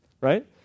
right